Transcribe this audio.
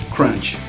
Crunch